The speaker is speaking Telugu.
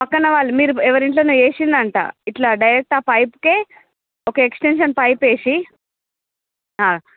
పక్కన వాళ్ళు మీరు ఎవరింటిలోనో వేసిండంట ఇట్లా డైరెక్ట్ ఆ పైప్కే ఒక ఎక్స్టెన్షన్ పైప్ వేసీ